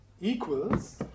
equals